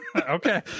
Okay